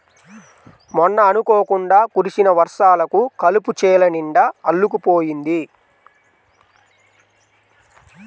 మొన్న అనుకోకుండా కురిసిన వర్షాలకు కలుపు చేలనిండా అల్లుకుపోయింది